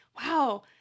wow